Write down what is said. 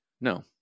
No